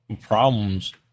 problems